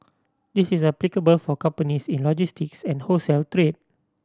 this is applicable for companies in logistics and wholesale trade